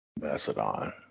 Macedon